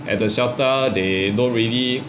at the shelter they don't really